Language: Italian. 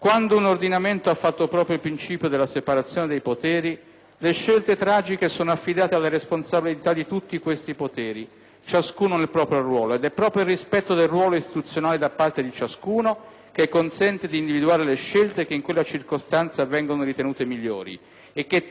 le "scelte tragiche" sono affidate alla responsabilità di tutti questi poteri, ciascuno nel proprio ruolo, ed è proprio il rispetto del ruolo istituzionale da parte di ciascuno che consente di individuare le scelte che in quella circostanza vengono ritenute migliori e che tali possono anche non essere in base alla morale di alcuni o di molti,